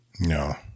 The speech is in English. No